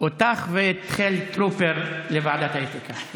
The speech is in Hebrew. אותך ואת חילי טרופר לוועדת האתיקה.